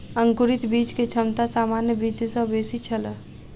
अंकुरित बीज के क्षमता सामान्य बीज सॅ बेसी छल